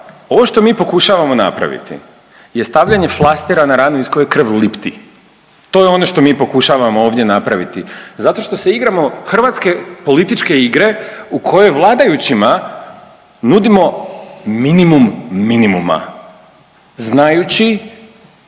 Ovo što mi pokušavamo napraviti je stavljanje flastera na ranu iz koje krv lipti, to je ono što mi pokušavamo ovdje napraviti, zato što se igramo hrvatske političke igre u kojoj vladajućima nudimo minimum minimuma znajući